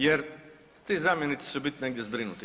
Jer ti zamjenici će biti negdje zbrinuti.